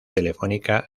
telefónica